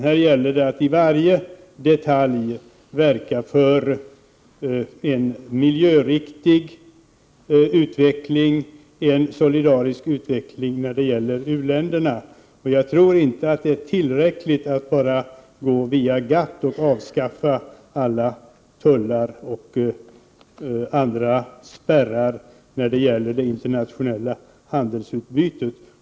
Här gäller det att i varje detalj verka för en miljöriktig och solidarisk utveckling när det gäller u-länderna. Jag tror inte att det är tillräckligt att bara gå via GATT och avskaffa alla tullar och andra spärrar när det gäller det internationella handelsutbytet.